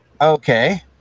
okay